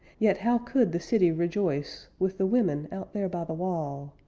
yet how could the city rejoice with the women out there by the wall!